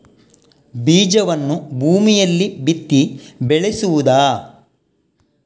ಬೀಜವನ್ನು ಭೂಮಿಯಲ್ಲಿ ಬಿತ್ತಿ ಬೆಳೆಸುವುದಾ?